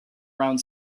around